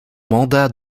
mandat